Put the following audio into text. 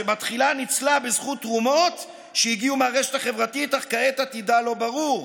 שבתחילה ניצלה בזכות תרומות שהגיעו מהרשת החברתית אך כעת עתידה לא ברור.